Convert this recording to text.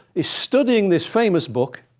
is studying this famous book,